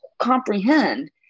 comprehend